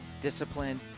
discipline